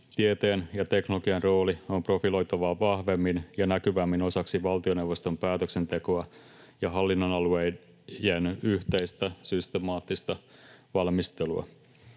tieteen ja teknologian rooli on profiloitava vahvemmin ja näkyvämmin osaksi valtioneuvoston päätöksentekoa ja hallinnonalojen yhteistä, systemaattista valmistelua.